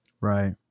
Right